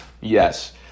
yes